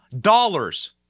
dollars